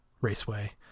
raceway